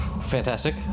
fantastic